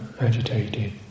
agitated